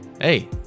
Hey